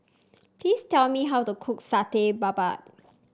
please tell me how to cook Satay Babat